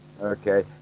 Okay